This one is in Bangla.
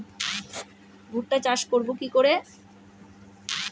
ভুট্টা চাষ করব কি করে?